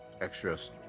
Extras